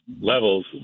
levels